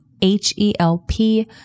H-E-L-P